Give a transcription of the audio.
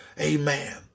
amen